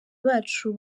bacu